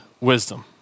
wisdom